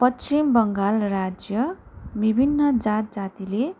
पश्चिम बङ्गाल राज्य विभिन्न जात जातिले